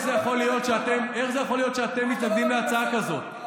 זה יכול להיות שאתם מתנגדים להצעה כזאת?